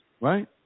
Right